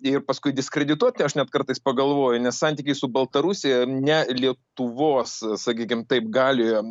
ir paskui diskredituoti aš net kartais pagalvoju nes santykiai su baltarusija ne lietuvos sakykim taip galioje